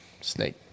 snake